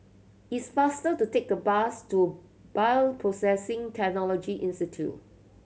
it's faster to take the bus to Bioprocessing Technology Institute